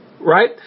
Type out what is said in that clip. Right